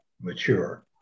mature